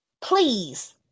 Please